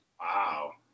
Wow